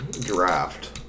draft